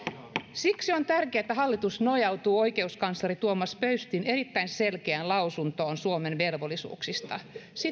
siksi on tärkeää että hallitus nojautuu oikeuskansleri tuomas pöystin erittäin selkeään lausuntoon suomen velvollisuuksista